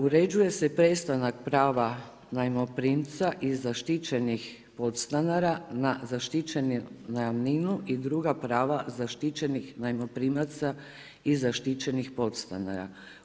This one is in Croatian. Uređuje se prestanak prava najmoprimca i zaštićenih podstanara na zaštićenu najamninu i druga prava zaštićenih najmoprimaca i zaštićenih podstanara.